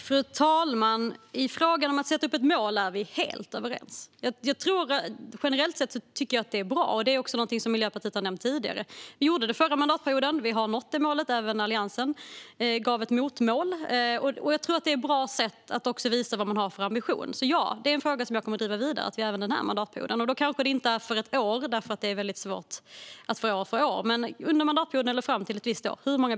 Fru talman! I frågan om att sätta upp ett mål är vi helt överens. Jag tycker generellt sett att detta är bra, och det är också något som Miljöpartiet har nämnt tidigare. Vi gjorde det förra mandatperioden, och det målet har vi nått. Alliansen satte också upp ett motmål. Jag tror att det är ett bra sätt att visa vad man har för ambition. Så ja, detta är en fråga som jag kommer att driva vidare även under denna mandatperiod. Då kanske det inte gäller hur många bostäder som ska färdigställas under ett år, för det är väldigt svårt att ange från år till år, utan under mandatperioden eller fram till ett visst år.